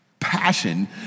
Passion